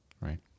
right